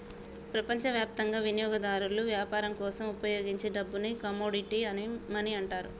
ప్రపంచవ్యాప్తంగా వినియోగదారులు వ్యాపారం కోసం ఉపయోగించే డబ్బుని కమోడిటీ మనీ అంటారు